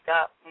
up